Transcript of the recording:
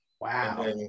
wow